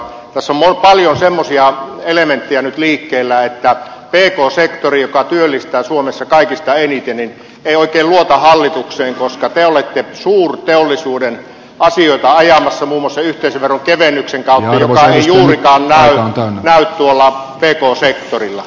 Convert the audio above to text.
tässä on paljon semmoisia elementtejä nyt liikkeellä että pk sektori joka työllistää suomessa kaikista eniten ei oikein luota hallitukseen koska te olette suurteollisuuden asioita ajamassa muun muassa yhteisöveron kevennyksen kautta joka ei juurikaan näy tuolla pk sektorilla